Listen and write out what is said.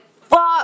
fuck